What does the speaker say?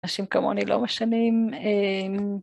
אנשים כמוני לא משנים אהמ..